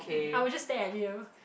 I will just stare at you